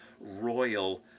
royal